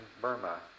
Burma